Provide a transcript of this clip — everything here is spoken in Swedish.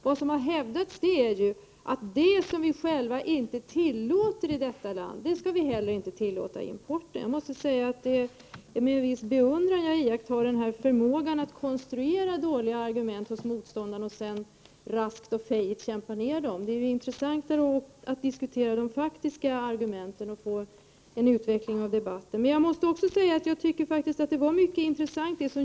Vad som har hävdats är ju att det som vi i Sverige inte tillåter vid framställning av livsmedel inte heller skall tillåtas i importerade livsmedel. Det är med en viss beundran jag iakttar jordbruksministerns förmåga att konstruera dåliga argument hos motståndarna och sedan raskt bekämpa dem. Det är mer intressant att diskutera de faktiska argumenten och få en utveckling av debatten. Jag tycker emellertid också att det som jordbruksministern sade var mycket intressant.